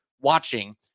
watching